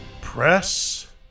Press